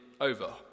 over